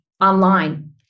online